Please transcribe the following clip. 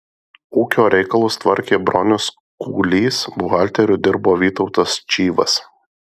ūkio reikalus tvarkė bronius kūlys buhalteriu dirbo vytautas čyvas